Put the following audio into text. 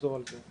זו על זו,